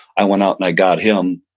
i went out and i got him.